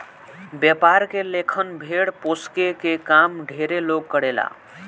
व्यापार के लेखन भेड़ पोसके के काम ढेरे लोग करेला